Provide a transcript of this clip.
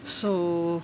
so